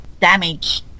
damage